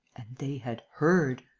they had heard!